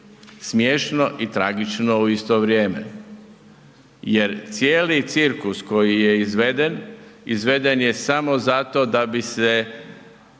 Smiješno i tragično u isto vrijeme, jer cijeli cirkus koji je izveden, izveden je samo zato da bi se